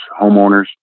homeowners